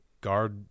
Guard